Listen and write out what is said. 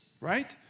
right